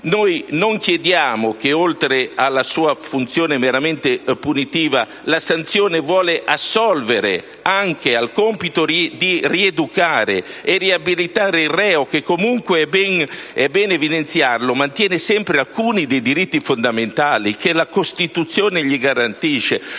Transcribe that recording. Non dimentichiamo che, oltre alla sua funzione meramente punitiva, la sanzione vuole assolvere anche al compito di rieducare e riabilitare il reo che, comunque - è bene evidenziarlo - mantiene sempre alcuni dei diritti fondamentali che la Costituzione gli garantisce.